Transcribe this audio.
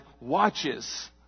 watches